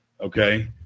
Okay